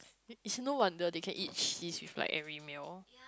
is no wonder they can eat cheese with like every meal